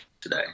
today